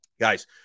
guys